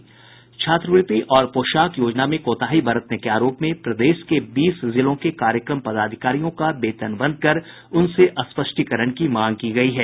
छात्रवृत्ति और पोशाक योजना में कोताही बरतने के आरोप में प्रदेश के बीस जिलों के कार्यक्रम पदाधिकारियों का वेतन बंद कर उनसे स्पष्टीकरण की मांग की गयी है